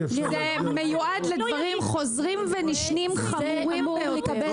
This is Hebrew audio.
זה מיועד לדברים חוזרים ונשנים חמורים ביותר.